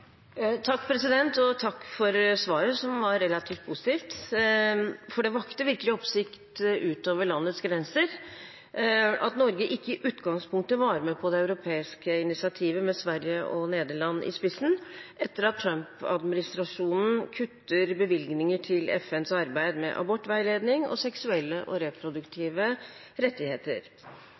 Takk for svaret, som var relativt positivt. Det vakte virkelig oppsikt utover landets grenser at Norge ikke i utgangspunktet var med på det europeiske initiativet med Sverige og Nederland i spissen etter at Trump-administrasjonen kuttet bevilgninger til FNs arbeid for abortveiledning og seksuelle- og reproduktive rettigheter.